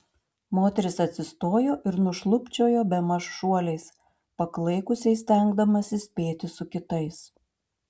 moteris atsistojo ir nušlubčiojo bemaž šuoliais paklaikusiai stengdamasi spėti su kitais